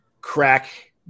crack